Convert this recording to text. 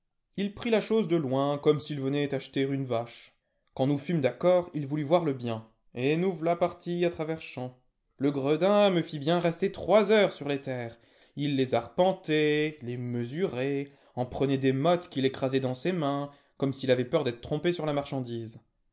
il prit la chose de loin comme s'il venait acheter une vache quand nous fûmes d'accord il voulut voir le bien et nous voilà partis à travers champs le gredin me fit bien rester trois heures sur les terres il les arpentait les mesurait en prenait des mottes qu'il écrasait dans ses mains comme s'il avait peur d'être trompé sur la marchandise